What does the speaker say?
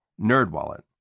NerdWallet